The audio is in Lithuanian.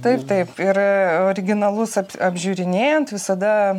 taip taip ir originalus ap apžiūrinėjant visada